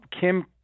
Kim